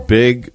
big